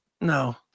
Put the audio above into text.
No